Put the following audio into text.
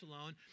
alone